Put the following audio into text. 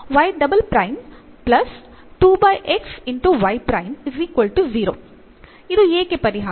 ಇದು ಏಕೆ ಪರಿಹಾರ